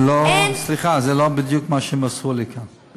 אין, סליחה, זה לא בדיוק מה שמסרו לי כאן.